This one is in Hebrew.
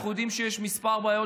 אנחנו יודעים שיש כמה בעיות,